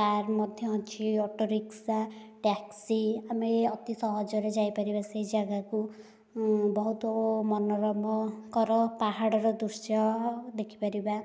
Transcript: car ମଧ୍ୟ ଅଛି auto rickshaw taxi ଆମେ ଅତି ସହଜରେ ଯାଇପାରିବା ସେହି ଜାଗାକୁ ବହୁତ ମନୋରମକର ପାହାଡ଼ର ଦୃଶ୍ୟ ଦେଖିପାରିବା